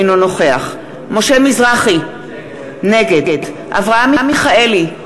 אינו נוכח משה מזרחי, נגד אברהם מיכאלי,